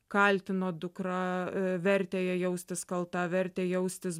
kaltino dukrą vertė ją jaustis kalta vertė jaustis